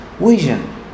Vision